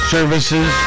Services